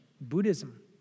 Buddhism